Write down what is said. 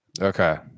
Okay